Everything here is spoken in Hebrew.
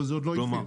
אבל זה עוד לא התחיל.